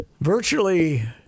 virtually